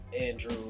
Andrew